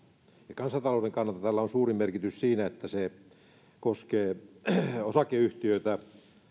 ja kansantalouden kannalta tällä on suuri merkitys siinä että se koskee osakeyhtiöitä